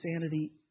sanity